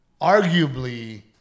arguably